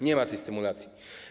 Nie ma tej stymulacji.